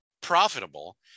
profitable